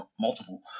multiple